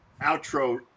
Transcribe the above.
outro